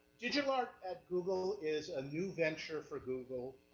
digital art at google is a new venture for google.